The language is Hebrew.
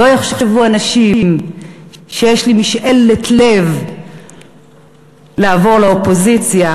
שלא יחשבו אנשים שיש לי משאלת לב לעבור לאופוזיציה.